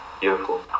Beautiful